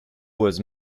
was